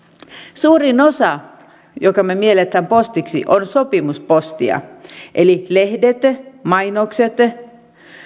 suurin osa siitä minkä me miellämme postiksi on sopimuspostia eli lehdet mainokset